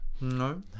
No